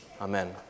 Amen